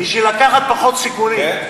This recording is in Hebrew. בשביל לקחת פחות סיכונים.